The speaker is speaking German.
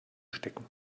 stecken